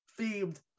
themed